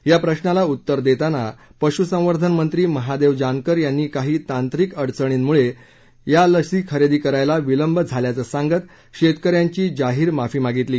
या प्रश्नाला उत्तर देताना पशुसंवर्धन मंत्री महादेव जानकर यांनी काही तांत्रिक अडचणींमुळे या लस खरेदी करायला विलंब झाल्याचं सांगत शेतकऱ्यांची जाहीर माफी मागितली